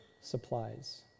supplies